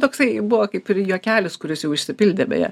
toksai buvo kaip ir juokelis kuris jau išsipildė beje